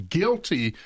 guilty